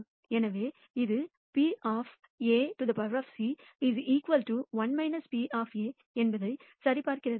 எனவே இது Pc 1 P என்பதை சரிபார்க்கிறது